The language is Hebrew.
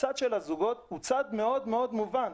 הצד של הזוגות הוא צד מאוד מאוד מובן.